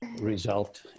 result